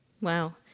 Wow